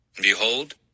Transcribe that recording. Behold